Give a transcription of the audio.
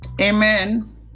amen